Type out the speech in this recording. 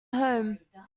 home